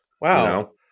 Wow